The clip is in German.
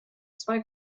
zwei